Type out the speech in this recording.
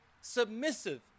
submissive